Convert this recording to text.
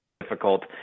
difficult